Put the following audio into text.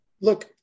Look